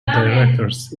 directors